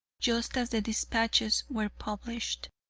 just as the despatches were published.